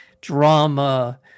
drama